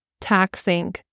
taxing